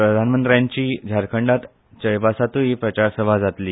प्रधानमंत्र्यांची झारखंडात चयबासातूंय प्रचारसभा जातली